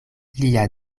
lia